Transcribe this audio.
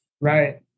Right